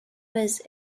was